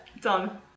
Done